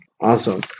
Awesome